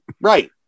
Right